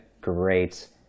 great